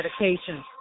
medication